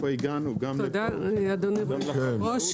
תודה רבה אדוני יושב הראש.